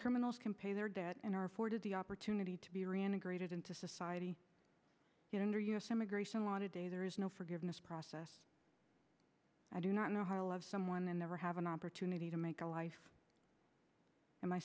criminals can pay their debt and are afforded the opportunity to be reintegrated into society today there is no forgiveness process i do not know how to love someone and never have an opportunity to make a life am i